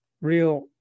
real